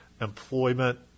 employment